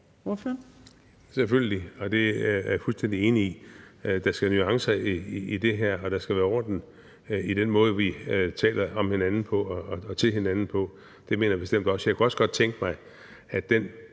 Selvfølgelig, det er jeg fuldstændig enig i. Der skal nuancer i det her, og der skal være orden i den måde, vi taler om hinanden på og til hinanden på. Det mener jeg bestemt også. Jeg kunne også godt tænke mig den